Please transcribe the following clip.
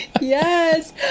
Yes